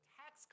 tax